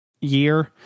year